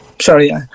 sorry